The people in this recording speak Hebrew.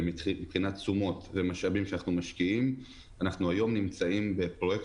תשומות ומשאבים שאנחנו משקיעים אנחנו נמצאים היום בפרויקט